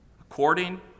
according